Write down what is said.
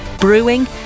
brewing